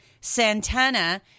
Santana